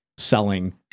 Selling